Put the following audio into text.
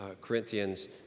Corinthians